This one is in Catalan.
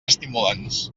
estimulants